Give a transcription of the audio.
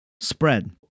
spread